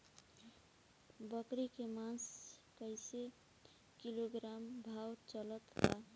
बकरी के मांस कईसे किलोग्राम भाव चलत बा?